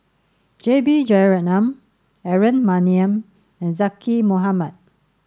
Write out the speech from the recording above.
J B Jeyaretnam Aaron Maniam and Zaqy Mohamad